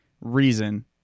reason